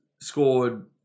scored